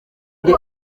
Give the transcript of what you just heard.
the